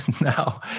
now